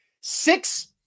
six